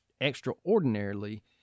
extraordinarily